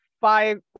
five